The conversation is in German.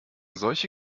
solche